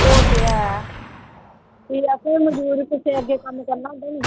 ओह् ते है भी असें बी मजबूर कुसै अग्गें कम्म करना होंदा निं